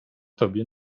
tobie